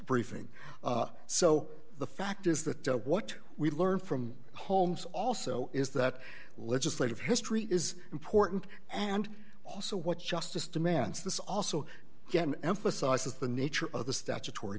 briefing so the fact is that what we learned from holmes also is that legislative history is important and also what justice demands this also emphasizes the nature of the statutory